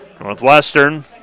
Northwestern